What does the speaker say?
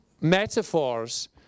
metaphors